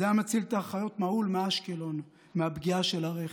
זה היה מציל את האחיות מעול מאשקלון מהפגיעה של הרכב,